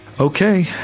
Okay